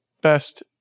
best